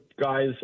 guys